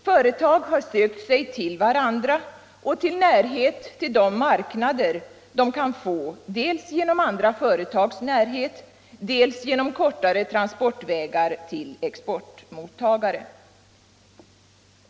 Företag har sökt sig till varandra och nära de marknader de kan få dels genom andra företags närhet, dels genom kortare transportvägar till exportmottagare.